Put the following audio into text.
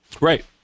Right